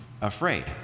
afraid